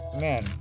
man